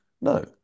no